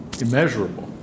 immeasurable